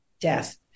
death